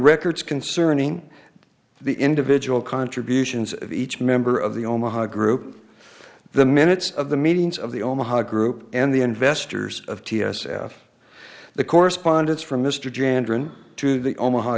records concerning the individual contributions of each member of the omaha group the minutes of the meetings of the omaha group and the investors of ts aff the correspondence from mr jan dran to the omaha